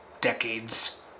decades